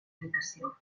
meritació